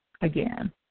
again